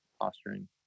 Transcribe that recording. posturing